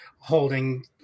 holding